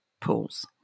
pools